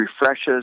refreshes